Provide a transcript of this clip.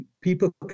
people